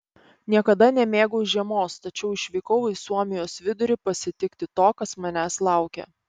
niekada nemėgau žiemos tačiau išvykau į suomijos vidurį pasitikti to kas manęs laukė